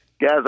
Guys